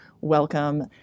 welcome